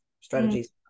strategies